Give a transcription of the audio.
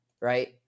right